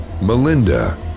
Melinda